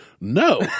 No